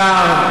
השר,